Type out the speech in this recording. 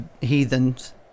heathens